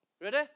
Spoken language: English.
Ready